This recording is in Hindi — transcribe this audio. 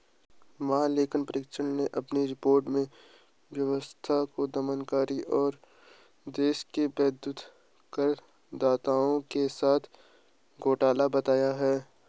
महालेखा परीक्षक ने अपनी रिपोर्ट में व्यवस्था को दमनकारी और देश के वैध करदाताओं के साथ घोटाला बताया है